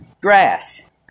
Grass